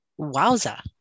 Wowza